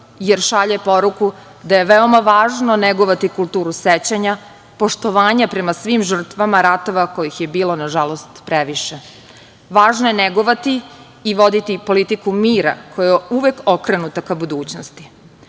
jer šalje poruku da je veoma važno negovati kulturu sećanja, poštovanja prema svim žrtvama ratova, kojih je bilo nažalost previše. Važno je negovati i voditi politiku mira, koja je uvek okrenuta ka budućnosti.